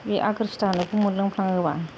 बे आगोसिथा होनायखौ मोनलों फ्लाङोब्ला